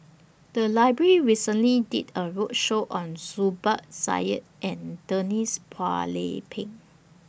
The Library recently did A roadshow on Zubir Said and Denise Phua Lay Peng